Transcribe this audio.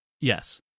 Yes